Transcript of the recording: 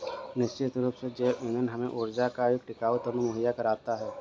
निश्चित रूप से जैव ईंधन हमें ऊर्जा का एक टिकाऊ तंत्र मुहैया कराता है